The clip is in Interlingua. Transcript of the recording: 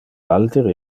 altere